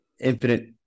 infinite